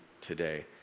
today